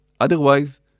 Otherwise